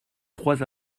trois